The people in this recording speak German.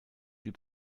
die